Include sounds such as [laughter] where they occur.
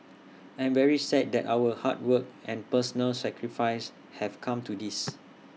[noise] I am very sad that our hard work and personal sacrifice have come to this